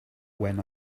when